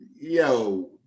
yo